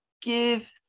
give